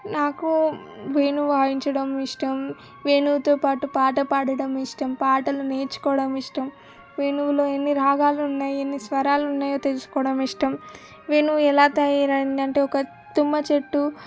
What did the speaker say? నాకు వేణువు వాయించడం ఇష్టం వేణువుతో పాటు పాట పాడటం ఇష్టం పాటలు నేర్చుకోవడం ఇష్టం వేణువులో ఎన్ని రాగాలు ఉన్నాయి ఎన్ని స్వరాలు ఉన్నాయో తెలుసుకోవడం ఇష్టం వేణువు ఎలా తయారైంది అంటే ఒక తుమ్మచెట్టు